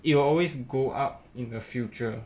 it will always go up in the future